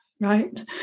right